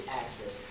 access